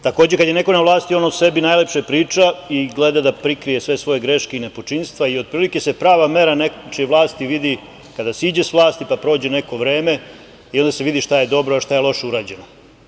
Takođe, kada je neko na vlasti, on o sebi najlepše priča i gleda da prikrije sve svoje greške i nepočinstva i otprilike se prava mera nečije vlasti vidi kada siđe s vlasti, pa prođe neko vreme i onda se vidi šta je dobro, a šta je loše urađeno.